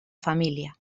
família